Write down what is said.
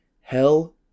Hell